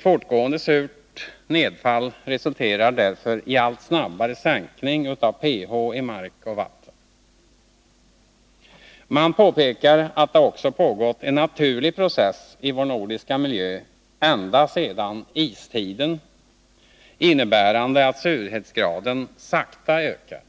fortgående surt nedfall resulterar därför i en allt snabbare sänkning av pH-värdet i mark och vatten. Man påpekar att det också pågått en naturlig process i vår nordiska miljö ända sedan istiden, innebärande att surhetsgraden sakta ökat.